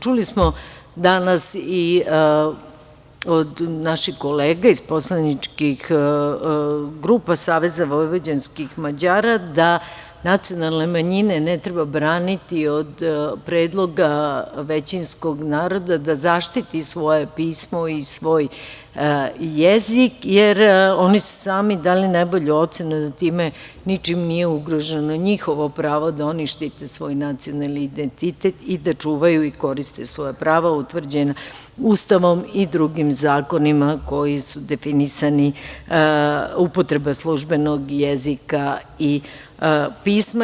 Čuli smo danas i od naših kolega iz poslaničkih grupa SVM da nacionalne manjine ne treba braniti od predloga većinskog naroda da zaštiti svoje pismo i svoj jezik, jer oni su sami dali najbolju ocenu da time ničim nije ugroženo njihovo pravo da oni štite svoj nacionalni identitet i da čuvaju i koriste svoja prava utvrđena Ustavom i drugim zakonima koji su definisani upotreba službenog jezika i pisma.